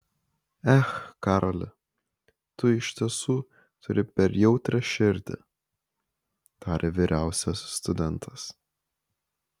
ech karoli tu iš tiesų turi per jautrią širdį tarė vyriausias studentas